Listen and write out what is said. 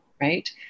right